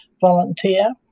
volunteer